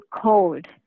cold